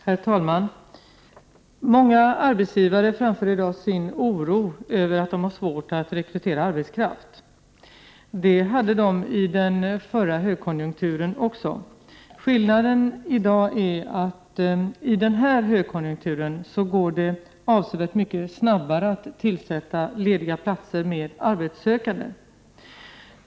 Herr talman! Många arbetsgivare framför i dag sin oro över att de har svårt att rekrytera arbetskraft. Det hade de i den förra högkonjunkturen också. Skillnaden är att i den här högkonjunkturen går det avsevärt snabbare att tillsätta lediga platser med arbetssökande.